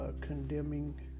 condemning